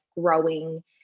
growing